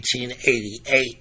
1888